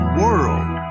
world